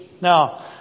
Now